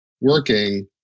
working